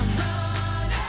run